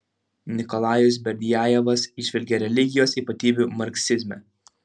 nikolajus berdiajevas įžvelgė religijos ypatybių marksizme